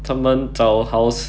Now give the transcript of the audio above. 他们找 house